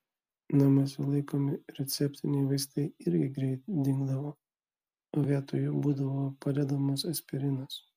namuose laikomi receptiniai vaistai irgi greit dingdavo o vietoj jų būdavo padedamas aspirinas